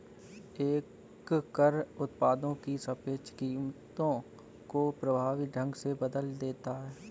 एक कर उत्पादों की सापेक्ष कीमतों को प्रभावी ढंग से बदल देता है